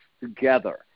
together